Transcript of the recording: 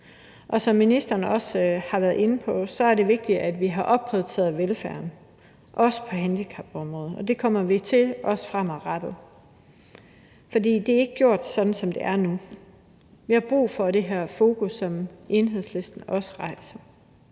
som ministeren også har været inde på, er det vigtigt, at vi har opprioriteret velfærden, også på handicapområdet, og det kommer vi også til fremadrettet. For det er ikke gjort, sådan som det er nu. Vi har brug for det her fokus, som Enhedslisten også rejser.